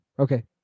Okay